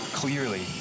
clearly